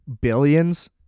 billions